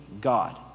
God